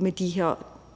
lige præcis det